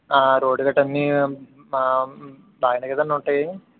road గట్ట అన్ని బాగా కదండి ఉంటాయి